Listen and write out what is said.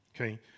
okay